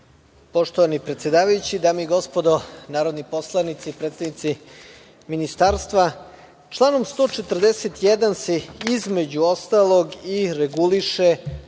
Poštovani predsedavajući, dame i gospodo narodni poslanici, predstavnici ministarstva, članom 141. se između ostalog i reguliše